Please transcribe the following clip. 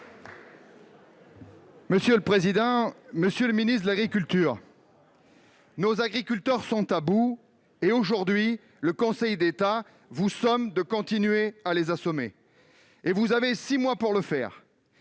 Républicains. Monsieur le ministre de l'agriculture, nos agriculteurs sont à bout, et le Conseil d'État vous somme de continuer à les assommer ! Vous avez six mois pour le faire.